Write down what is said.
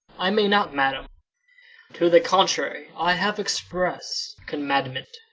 i may not, madam to the contrary i have express commandment.